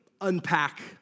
unpack